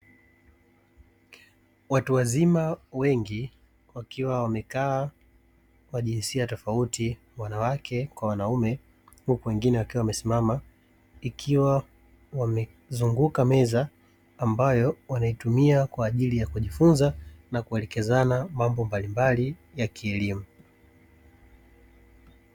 Watu wazima wengi wakiwa wamekaa wa jinsia tofauti wanawake kwa wanaume huku wengine wakiwa wamesimama ikiwa wamezunguka meza ambayo wanaitumia kujifunza na kuelekezana mambo mbalimbali ya kielimu.